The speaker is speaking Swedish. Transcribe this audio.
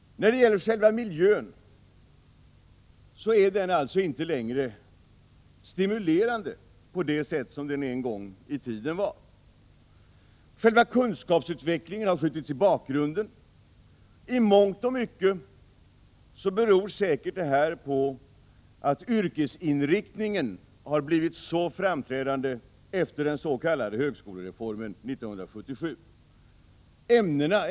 När det gäller själva miljön är den alltså inte längre stimulerande på det sätt som den en gång i tiden var. Själva kunskapsutvecklingen har skjutits i bakgrunden. I mångt och mycket beror detta säkert på att yrkesinriktningen har blivit så framträdande efter den s.k. högskolereformen 1977.